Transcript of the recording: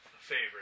favorite